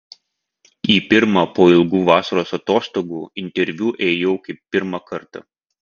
į pirmą po ilgų vasaros atostogų interviu ėjau kaip pirmą kartą